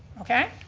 okay?